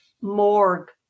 morgue